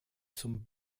zum